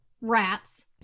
rats